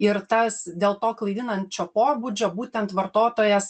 ir tas dėl to klaidinančio pobūdžio būtent vartotojas